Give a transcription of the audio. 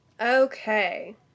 Okay